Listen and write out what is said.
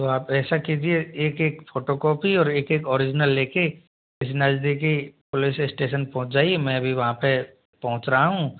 तो आप ऐसा कीजिए एक एक फोटोकॉपी और एक एक ओरिजिनल ले के किसी नजदीकी पुलिस स्टेशन पहुँच जाइए मैं भी वहाँ पे पहुँच रहा हूँ